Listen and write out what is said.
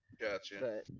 Gotcha